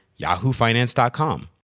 yahoofinance.com